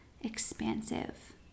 expansive